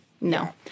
no